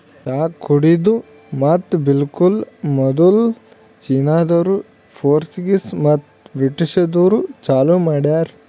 ಚಹಾ ಕುಡೆದು ಮತ್ತ ಬೆಳಿಲುಕ್ ಮದುಲ್ ಚೀನಾದೋರು, ಪೋರ್ಚುಗೀಸ್ ಮತ್ತ ಬ್ರಿಟಿಷದೂರು ಚಾಲೂ ಮಾಡ್ಯಾರ್